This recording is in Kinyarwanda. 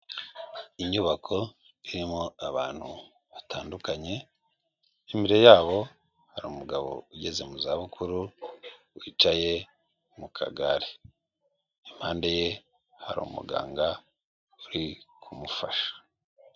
Inyubako irimo abantu batandukanye, imbere yabo hari umugabo ugeze mu zabukuru wicaye mu kagare impande ye hari umuganga uri kumufasha.